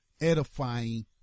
edifying